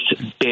big